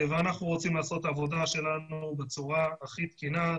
אנחנו רוצים לעשות את העבודה שלנו בצורה הכי תקינה,